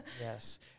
Yes